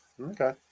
Okay